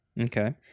Okay